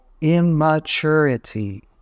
immaturity